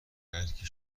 هرکی